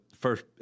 First